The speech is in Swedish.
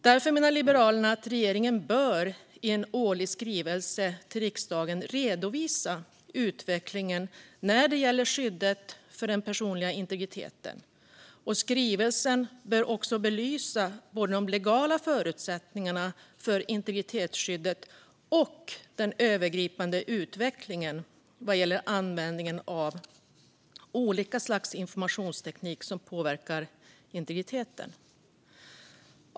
Därför menar Liberalerna att regeringen i en årlig skrivelse till riksdagen bör redovisa utvecklingen när det gäller skyddet för den personliga integriteten. Skrivelsen bör också belysa både de legala förutsättningarna för integritetsskyddet och den övergripande utvecklingen vad gäller användningen av olika slags informationsteknik som påverkar integriteten.